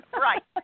right